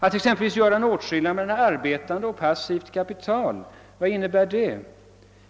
Att exempelvis göra en åtskillnad mellan arbetande och passivt kapital; vad innebär det?